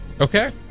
Okay